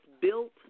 built